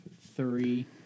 three